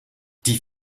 die